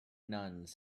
nuns